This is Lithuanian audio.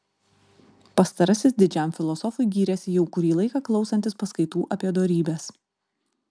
pastarasis didžiam filosofui gyrėsi jau kurį laiką klausantis paskaitų apie dorybes